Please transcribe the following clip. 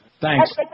Thanks